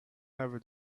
never